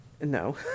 No